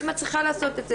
היא מצליחה לעשות את זה.